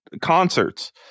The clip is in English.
concerts